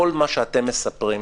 איך הגיעו לסיפור הזה?